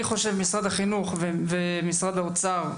משרד החינוך ומשרד האוצר,